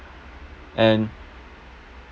and